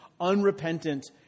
unrepentant